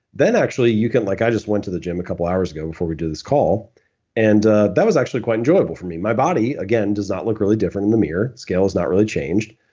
then actually you can like. i just went to the gym a couple of hours ago before we do this call and that was actually quite enjoyable for me. my body again does not look really different in the mirror. scale has not really changed,